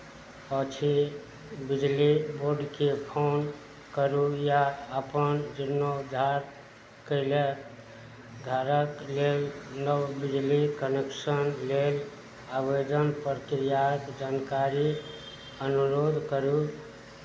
अछि बिजली बोर्डकेँ फोन करू या अपन जीर्णोद्धारके लेल धारक लेल नव बिजली कनेक्शन लेल आवेदन प्रक्रियाक जानकारी अनुरोध करू